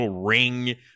ring